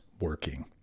working